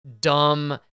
dumb